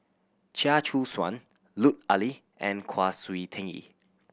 Chia Choo Suan Lut Ali and Kwa Siew Tee